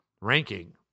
ranking